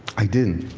i didn't.